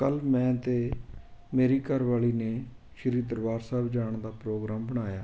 ਕੱਲ੍ਹ ਮੈਂ ਅਤੇ ਮੇਰੀ ਘਰਵਾਲੀ ਨੇ ਸ਼੍ਰੀ ਦਰਬਾਰ ਸਾਹਿਬ ਜਾਣ ਦਾ ਪ੍ਰੋਗਰਾਮ ਬਣਾਇਆ